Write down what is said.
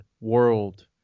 world